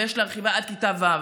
ויש להרחיבה עד כיתה ו'.